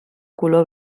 color